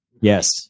yes